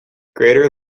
greater